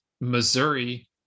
Missouri